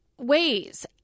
ways